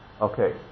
Okay